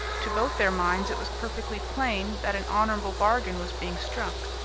to both their minds it was perfectly plain that an honourable bargain was being struck.